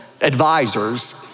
advisors